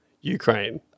Ukraine